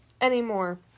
anymore